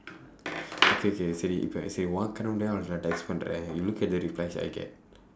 K K சரி:sari if I say உன் கண்ணு முன்னாடியே நான்:un kannu munnaadiyee naan text பண்ணுறேன்:pannureen you look at the replies I get